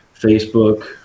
facebook